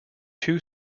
two